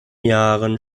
jahren